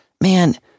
man